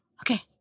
okay